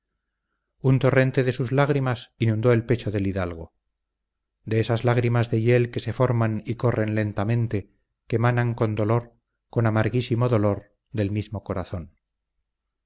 un torrente de sus lágrimas inundó el pecho del hidalgo de esas lágrimas de hiel que se forman y corren lentamente que manan con dolor con amarguísimo dolor del mismo corazón